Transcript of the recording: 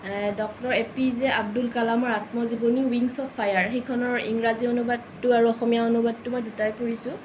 doctor A P J Abdul কালামৰ আত্মজীৱনী wings of fire সেইখনৰ ইংৰাজী অনুবাদটো আৰু অসমীয়া অনুবাদটো মই দুইটাই পঢ়িছোঁ